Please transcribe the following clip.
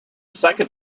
second